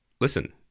listen